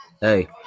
Hey